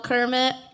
Kermit